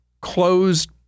closed